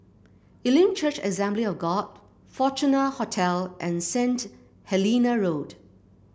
Elim Church Assembly of God Fortuna Hotel and Saint Helena Road